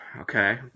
Okay